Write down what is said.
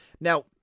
Now